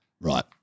Right